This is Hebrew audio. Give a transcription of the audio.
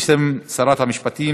בשם שרת המשפטים,